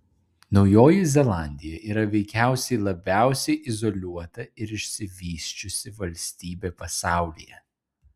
naujoji zelandija yra veikiausiai labiausiai izoliuota ir išsivysčiusi valstybė pasaulyje